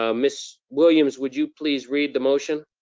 ah miss williams, would you please read the motion?